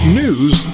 news